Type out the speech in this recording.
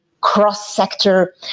cross-sector